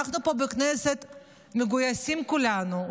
אנחנו פה בכנסת מגויסים כולנו,